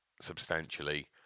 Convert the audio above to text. substantially